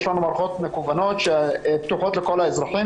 יש לנו מערכות מקוונות שפתוחות לכל האזרחים,